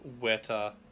Wetter